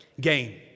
Gain